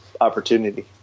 opportunity